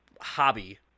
hobby